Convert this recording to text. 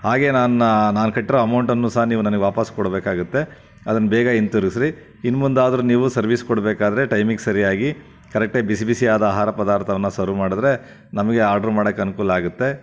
ಹಾಗೆ ನನ್ನ ನಾನು ಕಟ್ಟಿರೋ ಅಮೌಂಟನ್ನು ಸಹ ನೀವು ನನಗೆ ವಾಪಾಸ್ಸು ಕೊಡಬೇಕಾಗತ್ತೆ ಅದನ್ನು ಬೇಗ ಹಿಂತಿರುಗಿಸ್ರಿ ಇನ್ನು ಮುಂದಾದರೂ ನೀವು ಸರ್ವಿಸ್ ಕೊಡಬೇಕಾದರೆ ಟೈಮಿಗೆ ಸರಿಯಾಗಿ ಕೆರೆಕ್ಟಾಗಿ ಬಿಸಿ ಬಿಸಿ ಆದ ಆಹಾರ ಪದಾರ್ಥವನ್ನು ಸರ್ವ್ ಮಾಡಿದರೆ ನಮಗೆ ಆರ್ಡ್ರ್ ಮಾಡೋಕ್ಕೆ ಅನುಕೂಲ ಆಗತ್ತೆ